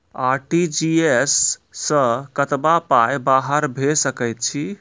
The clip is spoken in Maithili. आर.टी.जी.एस सअ कतबा पाय बाहर भेज सकैत छी?